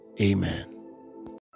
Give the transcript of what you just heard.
Amen